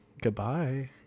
Goodbye